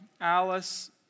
Alice